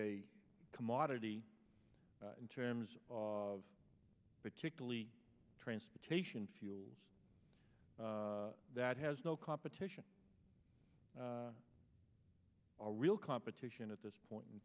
a commodity in terms of particularly transportation fuels that has no competition or real competition at this point in